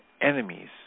enemies